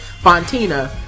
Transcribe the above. fontina